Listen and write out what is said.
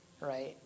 right